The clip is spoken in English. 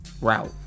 route